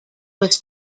was